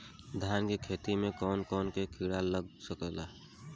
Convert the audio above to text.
धान के खेती में कौन कौन से किड़ा लग सकता?